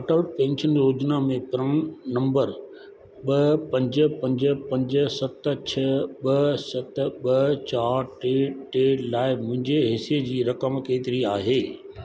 Atal pension योजना में PRAN number ॿ पंज पंज पंज सत छ ॿ सत ॿ चारि टे टे लाइ मुंहिंजे हिसे जी रक़म केतिरी आहे